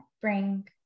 bring